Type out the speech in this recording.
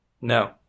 No